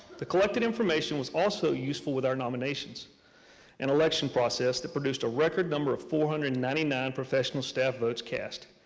the collected information was also useful with our nominations and election process that produced a record number of four hundred and ninety nine professional staff votes cast.